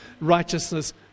righteousness